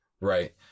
right